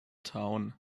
town